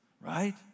right